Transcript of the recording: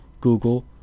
Google